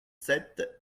sept